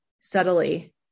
subtly